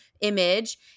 image